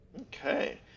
Okay